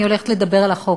אני הולכת לדבר על החוק.